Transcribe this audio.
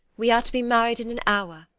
we are to be married in an hour,